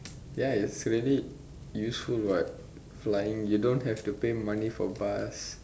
ya it's really useful what flying you don't really have to pay money for bus